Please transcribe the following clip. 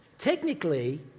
Technically